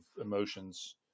emotions